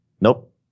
Nope